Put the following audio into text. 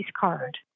card